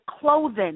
clothing